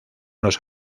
los